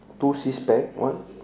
two six pack what